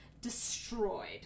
destroyed